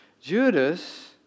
Judas